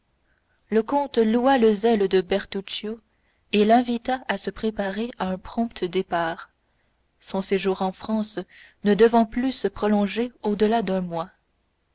le comte loua le zèle de bertuccio et l'invita à se préparer à un prompt départ son séjour en france ne devant plus se prolonger au-delà d'un mois